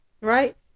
Right